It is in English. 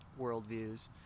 worldviews